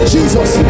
Jesus